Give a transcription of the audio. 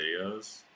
videos